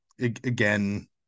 again